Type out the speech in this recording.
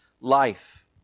life